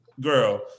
girl